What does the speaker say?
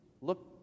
look